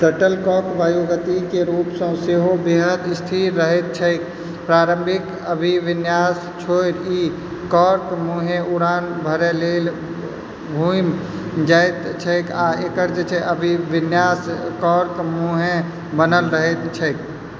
shuttlecock वायुगतिकीय रूपसँ सेहो बेहद स्थिर रहैत छैक प्रारंभिक अभिविन्यास छोड़ि ई कॉर्क मुँहें उड़ान भरय लेल घुमि जाइत छैक आ एकर अभिविन्यास कॉर्क मुँहें बनल रहैत छैक